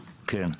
כן.